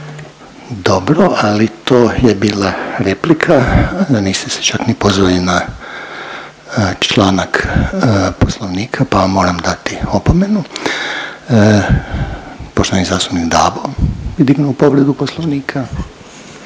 Dobro, ali to je bila replika, niste se čak ni pozvali na članak Poslovnika, pa vam moram dati opomenu. Poštovani zastupnik Dabo je dignuo povredu Poslovnika.